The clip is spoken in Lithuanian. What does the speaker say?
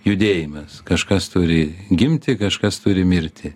judėjimas kažkas turi gimti kažkas turi mirti